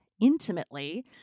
intimately